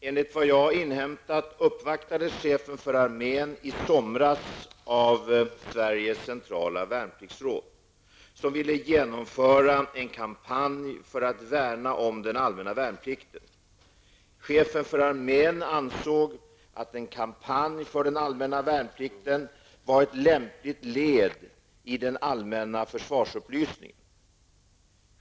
Enligt vad jag inhämtat uppvaktades chefen för armén i somras av Sveriges centrala värnpliktsråd, SCVR, som ville genomföra en kampanj för att värna om den allmänna värnplikten. Chefen för armén ansåg att en kampanj för den allmänna värnplikten var ett lämpligt led i den allmänna försvarsupplysningen.